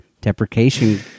deprecation